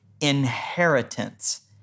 inheritance